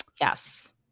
Yes